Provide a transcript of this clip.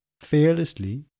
fearlessly